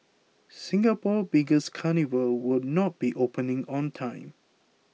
Singapore's biggest carnival will not be opening on time